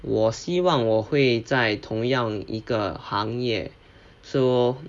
我希望我会在同样一个行业